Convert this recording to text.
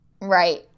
Right